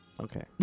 Okay